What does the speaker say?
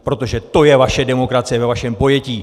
Protože to je vaše demokracie ve vašem pojetí!